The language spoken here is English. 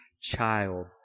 child